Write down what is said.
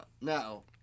no